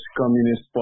Communist